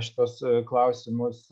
šituos klausimus